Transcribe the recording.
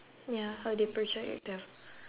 ya how they project their